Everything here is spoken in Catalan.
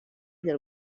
del